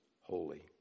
holy